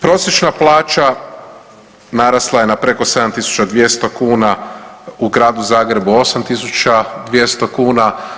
Prosječna plaća narasla je na preko 7.200 kuna, u Gradu Zagrebu 8.200 kuna.